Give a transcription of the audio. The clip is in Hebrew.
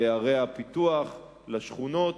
לערי הפיתוח ולשכונות.